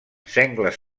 sengles